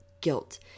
guilt